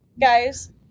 guys